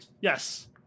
Yes